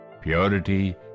purity